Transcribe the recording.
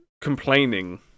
complaining